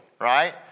right